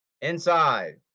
inside